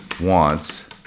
wants